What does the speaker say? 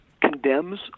condemns